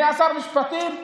נהיה שר משפטים ניסנקורן,